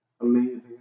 amazing